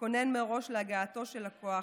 ולהתכונן מראש להגעתו של לקוח,